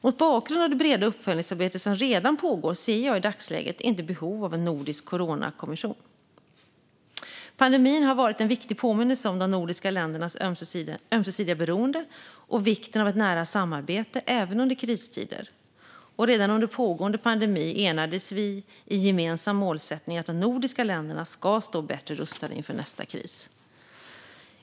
Mot bakgrund av det breda uppföljningsarbete som redan pågår ser jag i dagsläget inte behov av en nordisk coronakommission. Pandemin har varit en viktig påminnelse om de nordiska ländernas ömsesidiga beroende och vikten av nära samarbete även under kristider. Redan under pågående pandemi enades vi i en gemensam målsättning att de nordiska länderna ska stå bättre rustade inför nästa kris.